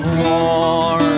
war